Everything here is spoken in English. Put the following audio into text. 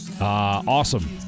Awesome